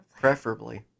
Preferably